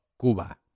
Cuba